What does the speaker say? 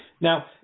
Now